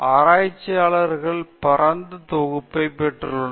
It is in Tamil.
ஆராய்ச்சியாளர்கள் பரந்த தொகுப்பைப் பெற்றுள்ளனர்